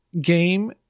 game